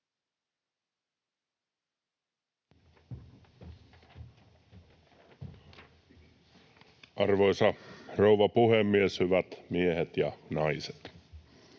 Arvoisa rouva puhemies! Hyvät miehet ja naiset!